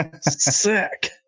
Sick